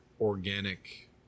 organic